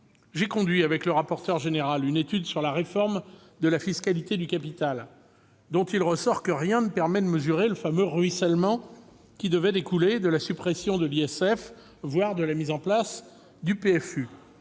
J'ai conduit, avec le rapporteur général, une étude sur la réforme de la fiscalité du capital, dont il ressort que rien ne permet de mesurer le fameux « ruissellement » qui devait découler de la suppression de l'impôt de solidarité